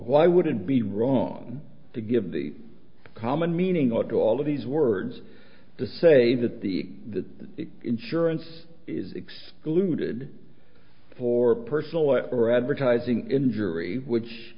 why would it be wrong to give the common meaning or do all of these words to say that the the insurance is excluded for a personal lawyer or advertising injury which